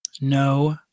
No